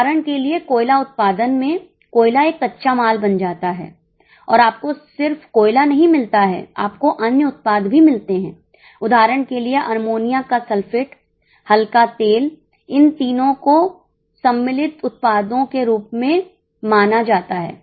उदाहरण के लिए कोयला उत्पादन में कोयला एक कच्चा माल बन जाता है और आपको सिर्फ कोयला नहीं मिलता है आपको अन्य उत्पाद भी मिलते हैं उदाहरण के लिए अमोनिया का सल्फेट हल्का तेल इन तीनों को सम्मिलित उत्पादों के रूप में माना जाता है